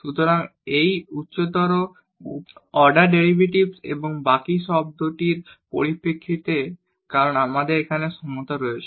সুতরাং এই উচ্চতর অর্ডার ডেরিভেটিভস এবং বাকী টার্মটির পরিপ্রেক্ষিতে কারণ আমাদের এখানে সমতা রয়েছে